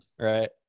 right